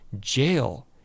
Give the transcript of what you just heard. jail